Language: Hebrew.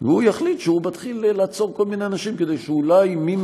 והוא יחליט שהוא מתחיל לעצור כל מיני אנשים כדי שאולי מי